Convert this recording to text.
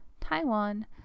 Taiwan